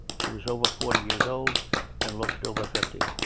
she was over forty years old and looked over fifty,